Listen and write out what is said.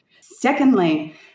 Secondly